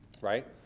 right